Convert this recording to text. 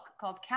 called